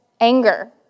anger